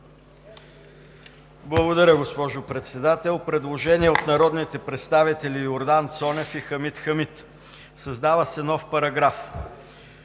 уважаема госпожо Председател. Предложение на народните представители Йордан Цонев и Хамид Хамид за създаване на нов параграф.